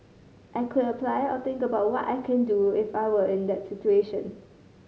I could apply or think about what I can do if I were in that situation